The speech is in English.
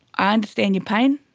i understand the pain,